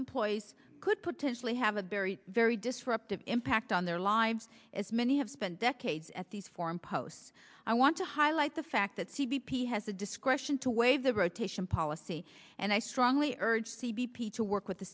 employees could potentially have a very very disruptive impact on their lives as many have been decades at these foreign posts i want to highlight the fact that c b p has the discretion to waive the rotation policy and i strongly urge c b p to work with the